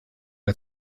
der